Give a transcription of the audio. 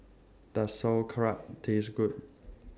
Does Sauerkraut Taste Good